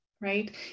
right